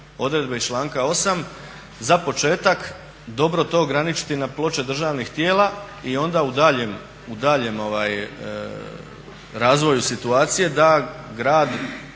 odredbe iz članka 8.za početak dobro to ograničiti na ploče državnih tijela i onda u daljnjem razvoju situacije da grad